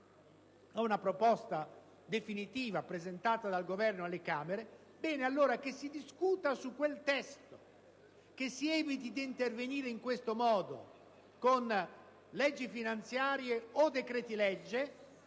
a una proposta definitiva presentata dal Governo alle Camere. Bene, allora che si discuta su quel testo, che si eviti d'intervenire in questo modo, con leggi finanziarie o decreti-legge